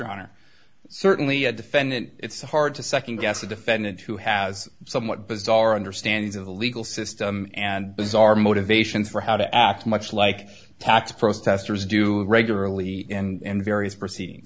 honor certainly a defendant it's hard to second guess a defendant who has a somewhat bizarre understanding of the legal system and bizarre motivations for how to act much like tax protesters do regularly in various proceedings